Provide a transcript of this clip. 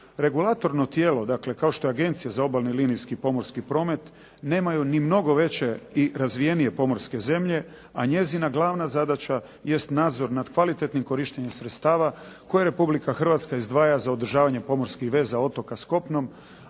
Regulatorno tijelo dakle kao što je Agencija za obalni linijski i pomorski promet nemaju ni mnogo veće i razvijenije pomorske zemlje a njezina glavna zadaća jest nadzor nad kvalitetnim korištenjem sredstava koje Republika Hrvatska izdvaja za održavanje pomorskih veza otoka s kopnom